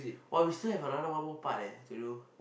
we still have another one more part to do